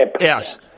Yes